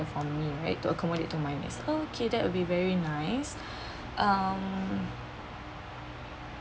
for me right to accommodate to my okay that will be very nice um